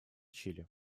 чили